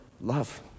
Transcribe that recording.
Love